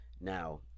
now